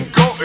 go